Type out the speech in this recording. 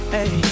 Hey